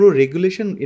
regulation